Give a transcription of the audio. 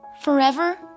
Forever